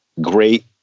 great